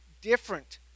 different